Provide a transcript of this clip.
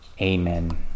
Amen